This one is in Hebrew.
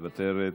מוותרת.